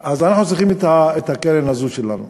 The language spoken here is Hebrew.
אז אנחנו צריכים את הקרן הזאת שלנו.